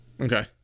Okay